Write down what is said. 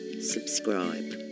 subscribe